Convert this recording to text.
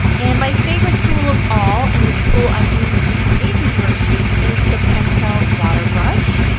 and my favorite tool of all and the tool i use to create these worksheets is the pentel water brush.